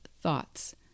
thoughts